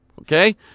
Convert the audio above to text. Okay